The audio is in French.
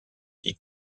qui